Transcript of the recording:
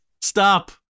Stop